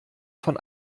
von